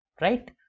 right